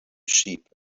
sheep